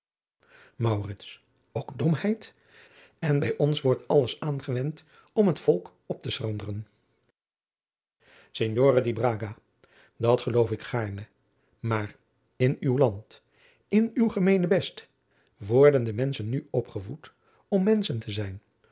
de domheid en bij ons wordt alles aangewend om het volk op te schranderen signore di braga dat geloof ik gaarne maar in uw land in uw gemeenebest worden de menschen nu opgevoed om menschen te zijn